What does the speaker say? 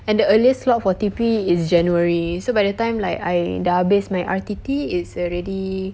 and the earliest slot of T_P is january so by the time like I sudah habis my R_T_T is already